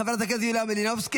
חברת הכנסת יוליה מלינובסקי,